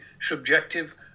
subjective